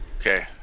Okay